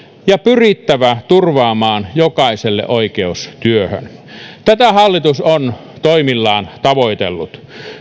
ja pyrittävä turvaamaan jokaiselle oikeus työhön tätä hallitus on toimillaan tavoitellut